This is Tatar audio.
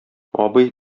абый